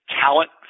talent